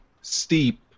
steep